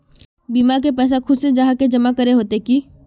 बीमा के पैसा खुद से जाहा के जमा करे होते की?